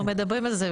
אנחנו מדברים על זה,